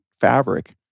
fabric